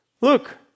Look